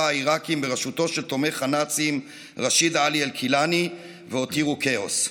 העיראקיים בראשותו של תומך הנאצים רשיד עאלי אל-כילאני והותירו כאוס.